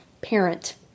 parent